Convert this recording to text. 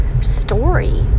story